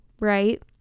right